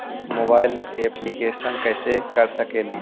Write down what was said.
Mobile application कैसे कर सकेली?